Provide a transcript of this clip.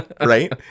right